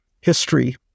history